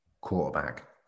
quarterback –